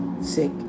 sick